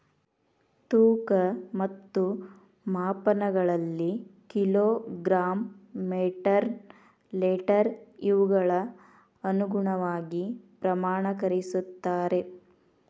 ತೂಕ ಮತ್ತು ಮಾಪನಗಳಲ್ಲಿ ಕಿಲೋ ಗ್ರಾಮ್ ಮೇಟರ್ ಲೇಟರ್ ಇವುಗಳ ಅನುಗುಣವಾಗಿ ಪ್ರಮಾಣಕರಿಸುತ್ತಾರೆ